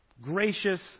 gracious